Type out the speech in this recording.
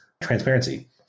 transparency